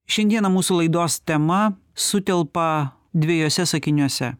šiandieną mūsų laidos tema sutelpa dviejuose sakiniuose